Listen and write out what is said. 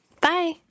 Bye